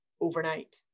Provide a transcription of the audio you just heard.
overnight